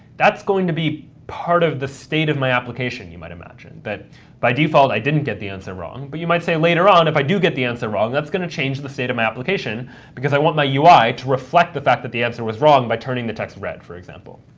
that's going to be part of the state of my application, you might imagine, that by default i didn't get the answer wrong, but you might say later on, if i do get the answer wrong, that's going to change the state of my application because i want my ui to reflect the fact that the answer was wrong by turning the text red, for example.